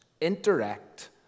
interact